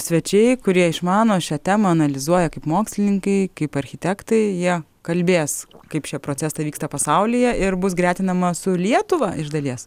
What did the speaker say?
svečiai kurie išmano šią temą analizuoja kaip mokslininkai kaip architektai jie kalbės kaip šie procesai vyksta pasaulyje ir bus gretinama su lietuva iš dalies